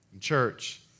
Church